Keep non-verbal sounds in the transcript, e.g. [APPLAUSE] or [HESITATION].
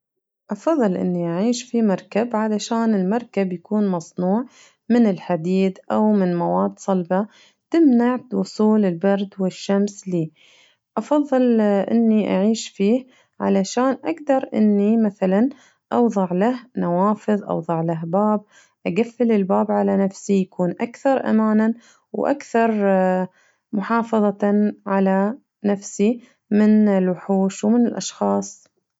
أفضل إني أعيش في مركب عشان المركب مصنوع من الحديد او من مواد صلبة تمنع وصول البرد والشمس ليه أفضل [HESITATION] إني أعيش فيه علشان أقدرإني مثلاً أوضع له نوافذ أوضع له باب أقفل الباب على نفسي يكون أكثر أماناً وأكثر [HESITATION] محافظةً على نفسي من الوحوش ومن الأشخاص.